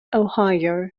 ohio